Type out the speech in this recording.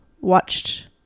watched